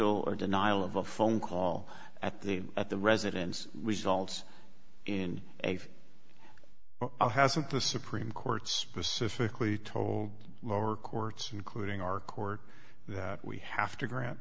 or denial of a phone call at the at the residence results in a hasn't the supreme court specifically told lower courts including our court that we have to grant